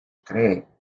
cree